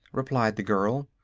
replied the girl.